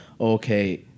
okay